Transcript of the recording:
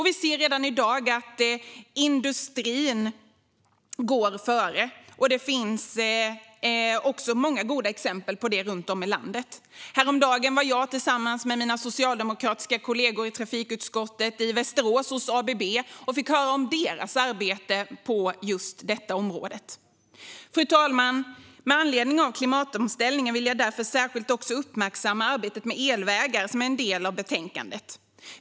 Vi ser redan i dag att industrin går före, och det finns många goda exempel på detta runt om i landet. Häromdagen var jag tillsammans med mina socialdemokratiska kollegor i trafikutskottet hos ABB i Västerås och fick höra om deras arbete på just detta område. Fru talman! Med anledning av klimatomställningen vill jag också särskilt uppmärksamma arbetet med elvägar, som är en del av betänkandet.